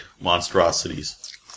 monstrosities